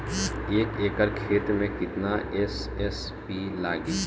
एक एकड़ खेत मे कितना एस.एस.पी लागिल?